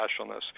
specialness